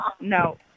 no